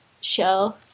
show